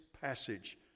passage